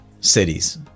cities